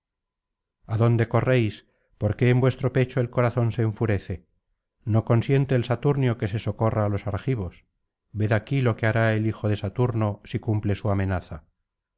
adonde corréis por qué en vuestro pecho el corazón se enfurece no consiente el saturnio que se socorra á los argivos ved aquí lo que hará el hijo de saturno si cumple su amenaza